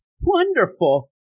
Wonderful